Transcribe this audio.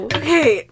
okay